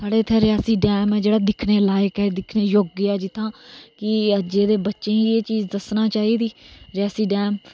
साढ़े इत्थै रियासी डैम ऐ जेहड़ा दिक्खने आहला ऐ दिक्खने योग्य ऐ तां कि अज्ज दे बच्चे गी एह् चीज दस्सना चाहिदी रियासी डैम